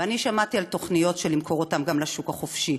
ואני שמעתי על תוכניות של למכור אותם גם לשוק החופשי.